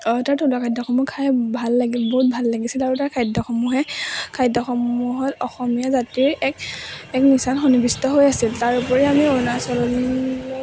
তাৰ থলুৱা খাদ্যসমূহ খাই ভাল লাগি বহুত ভাল লাগিছিল আৰু তাৰ খাদ্যসমূহে খাদ্যসমূহত অসমীয়া জাতিৰ এক এক নিচান সন্নিৱিষ্ট হৈ আছিল তাৰোপৰি আমি অৰুণাচল